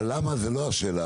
למה זו לא השאלה,